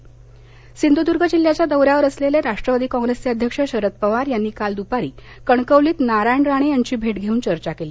पवार राणे सिंधूदूर्ग जिल्हयाच्या दौऱ्यावर असलेले राष्ट्रवादी काँग्रेसचे अध्यक्ष शरद पवार यांनी काल दूपारी कणकवलीत नारायण राणे यांची भेट घेऊन चर्चा केली